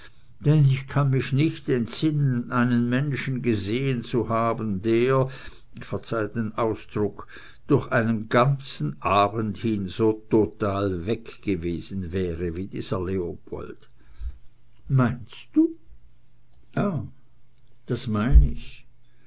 denn ich kann mich nicht entsinnen einen menschen gesehen zu haben der verzeih den ausdruck durch einen ganzen abend hin so total weg gewesen wäre wie dieser leopold meinst du ja das mein ich